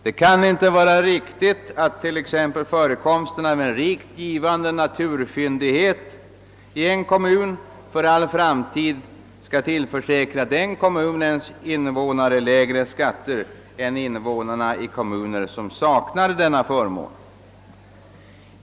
Det kan inte vara riktigt att t.ex. förekomsten av en rikt givande naturfyndighet i en kommun för all framtid skall tillförsäkra den kommunens innevånare lägre skatter än innevånare i kommuner som saknar denna förmån.